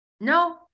no